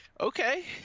okay